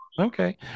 Okay